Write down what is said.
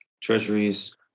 Treasuries